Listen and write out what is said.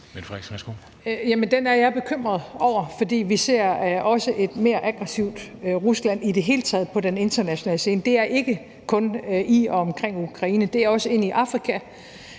Den er jeg bekymret over, fordi vi også ser et mere aggressivt Rusland i det hele taget på den internationale scene. Det er ikke kun i og omkring Ukraine, det er også ind i Afrika,